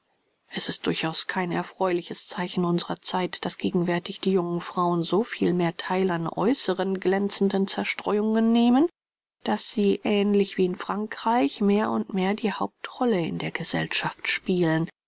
es ist durchaus kein erfreuliches zeichen unserer zeit daß gegenwärtig die jungen frauen so viel mehr theil an äußeren glänzenden zerstreuungen nehmen daß sie ähnlich wie in frankreich mehr und mehr die hauptrolle in der gesellschaft spielen